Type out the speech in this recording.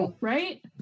Right